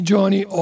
Johnny